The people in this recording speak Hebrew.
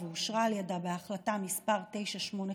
בממשלה, ואושרה על ידה בהחלטה מס' 985,